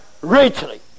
richly